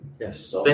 Yes